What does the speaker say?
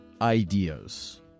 ideas